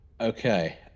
Okay